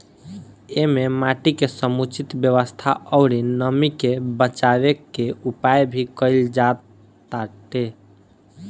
एमे माटी के समुचित व्यवस्था अउरी नमी के बाचावे के उपाय भी कईल जाताटे